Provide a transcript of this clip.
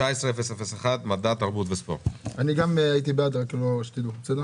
אני גם הייתי בעד, רק שתדעו, בסדר?